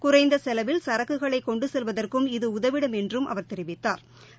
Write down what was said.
குறைந்த செலவில் சரக்குகளை கொண்டு செல்வதற்கும் இது உதவிடும் என்றும் அவர் தெரிவித்தாா்